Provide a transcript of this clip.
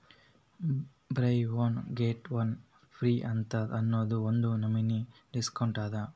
by one get one free ಅಂತ್ ಅನ್ನೂದು ಒಂದ್ ನಮನಿ ಡಿಸ್ಕೌಂಟ್ ಅದ